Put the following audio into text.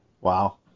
Wow